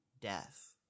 death